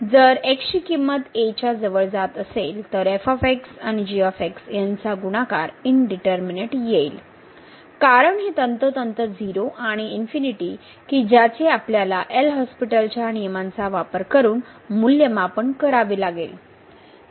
जर ची किंमत a च्या जवळ जात असेल तर f आणि g यांचा गुणाकार इनडीटरमीनेट येईल कारण हे तंतोतंत 0 आणि इन्फिनिटी कि ज्याचे आपल्याला एल हॉस्पिटलच्या नियमांचा वापर करून मूल्यमापन करावे लागेल